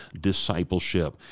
discipleship